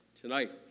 tonight